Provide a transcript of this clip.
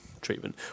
treatment